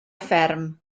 fferm